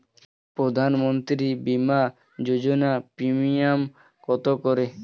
প্রধানমন্ত্রী বিমা যোজনা প্রিমিয়াম কত করে?